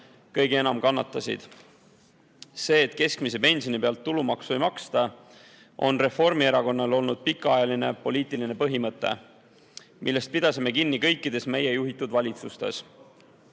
kõige enam kannatanud on. See, et keskmise pensioni pealt tulumaksu ei maksta, on Reformierakonnal olnud pikaajaline poliitiline põhimõte, millest pidasime kinni kõikides meie juhitud valitsustes.